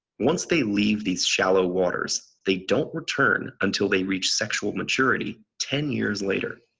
once they leave these shallow waters, they don't return until they reach sexual maturity, ten years later.